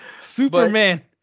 superman